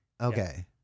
okay